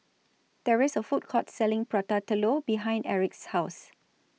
There IS A Food Court Selling Prata Telur behind Aric's House